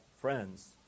friends